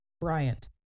Bryant